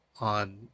on